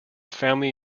family